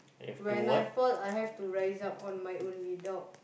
when I fall I have to rise up on my own without